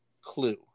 Clue